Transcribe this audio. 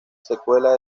secuela